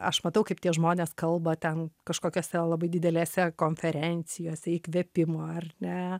aš matau kaip tie žmonės kalba ten kažkokiose labai didelėse konferencijose įkvėpimo ar ne